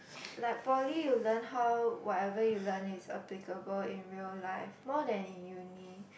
like poly you learn how whatever you learn is applicable in real life more than in uni